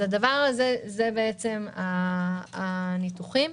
אלה הניתוחים.